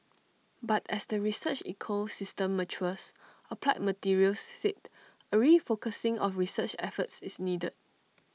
but as the research ecosystem matures applied materials said A refocusing of research efforts is needed